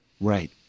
Right